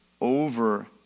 over